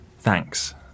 Thanks